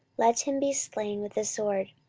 let him be slain with the sword.